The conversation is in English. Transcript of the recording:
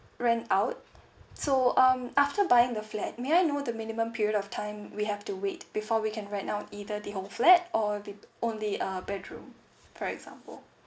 rent out so um after buying the flat may I know the minimum period of time we have to wait before we can rent out either the whole flat or the only uh bedroom for example